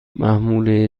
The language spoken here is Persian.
محموله